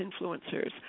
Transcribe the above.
influencers